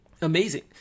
amazing